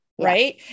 Right